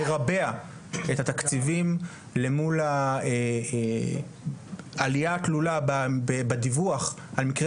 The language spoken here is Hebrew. לרבע את התקציבים למול העלייה התלולה בדיווח על מקרי